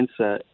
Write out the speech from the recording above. mindset